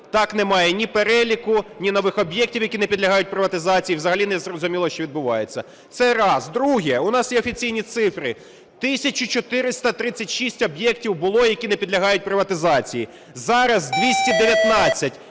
Так немає ні переліку, ні нових об'єктів, які не підлягають приватизації, і взагалі незрозуміло, що відбувається. Це раз. Друге. У нас є офіційні цифри: 1 тисяча 436 об'єктів було, які не підлягають приватизації, зараз 219.